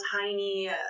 tiny